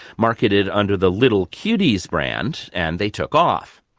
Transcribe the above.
marketed under the little cuties brand and they took off.